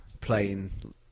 playing